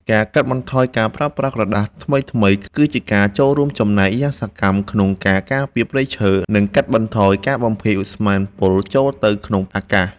ការកាត់បន្ថយការប្រើប្រាស់ក្រដាសថ្មីៗ គឺជាការចូលរួមចំណែកយ៉ាងសកម្មក្នុងការការពារព្រៃឈើ និង កាត់បន្ថយការបំភាយឧស្ម័នពុលចូលទៅក្នុងអាកាស។